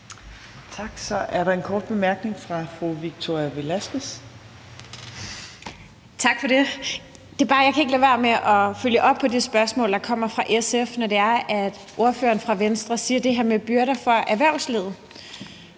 Tak. Så er der en kort bemærkning fra fru Victoria Velasquez. Kl. 18:41 Victoria Velasquez (EL): Tak for det. Jeg kan bare ikke lade være med at følge op på det spørgsmål, der kommer fra SF, når det er, at ordføreren for Venstre siger det her med byrder for erhvervslivet.